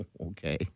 okay